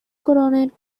coronet